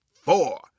four